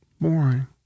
Boring